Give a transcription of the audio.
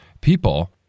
People